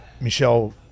Michelle